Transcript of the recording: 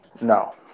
No